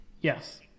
Yes